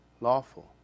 lawful